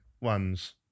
ones